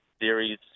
series